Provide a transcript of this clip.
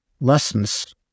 lessons